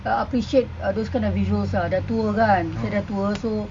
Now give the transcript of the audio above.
uh appreciate uh those kinds of visuals ah dah tua kan saya dah tua so